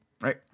right